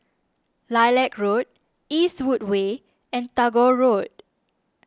Lilac Road Eastwood Way and Tagore Road